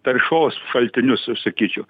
taršos šaltinius sakyčiau